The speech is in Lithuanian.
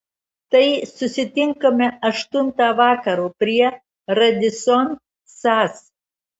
tai susitinkame aštuntą vakaro prie radisson sas